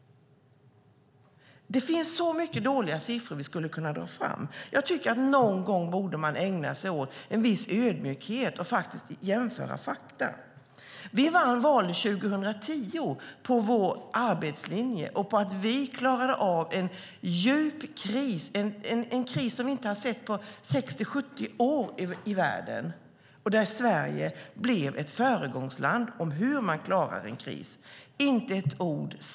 Det finns så mycket dåliga siffror vi skulle kunna ta fram. Jag tycker att man någon gång borde ägna sig åt en viss ödmjukhet och faktiskt jämföra fakta. Vi vann valet 2010 på vår arbetslinje och på att vi klarade av en djup kris, en kris som vi har inte har sett i världen på 60-70 år, där Sverige blev ett föregångsland när det gäller hur man klarar en kris. Men inte ett ord.